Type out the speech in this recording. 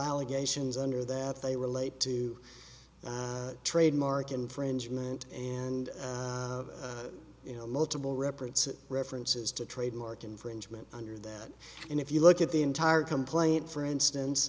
allegations under that they relate to trademark infringement and you know multiple references references to trademark infringement under that and if you look at the entire complaint for instance